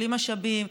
בלי משאבים,